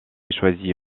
choisie